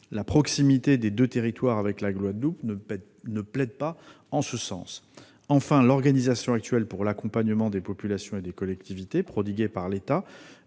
la proximité des deux territoires avec la Guadeloupe ne plaide pas en ce sens. Enfin, l'organisation actuelle pour l'accompagnement des populations et des collectivités prodigué par l'État